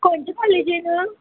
खंयचे कॉलेजीन